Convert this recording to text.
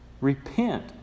Repent